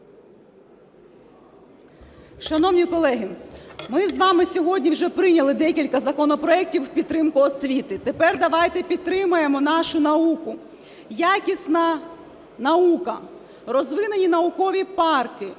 Шановні колеги, ми з вами сьогодні вже прийняли декілька законопроектів в підтримку освіти. Тепер давайте підтримаємо нашу науку. Якісна наука, розвинені наукові парки,